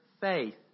faith